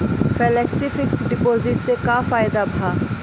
Flexi fix deposit से का फायदा भा?